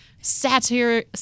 satire